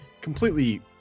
Completely